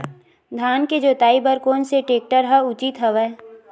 धान के जोताई बर कोन से टेक्टर ह उचित हवय?